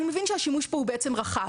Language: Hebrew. השימוש פה הוא בעצם רחב.